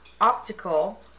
optical